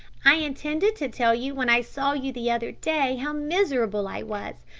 i intended to tell you when i saw you the other day how miserable i was.